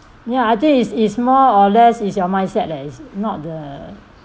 ya I think it's it's more or less is your mindset leh not the